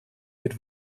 mit